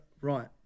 right